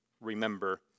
remember